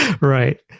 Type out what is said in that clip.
Right